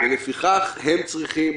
לפיכך הם צריכים,